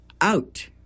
out